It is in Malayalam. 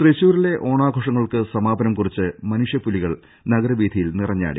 തൃശൂരിലെ ഓണാഘോഷങ്ങൾക്ക് സമാപനം കുറിച്ച് മനു ഷ്യപ്പൂലികൾ നഗരവീഥികളിൽ നിറഞ്ഞാടി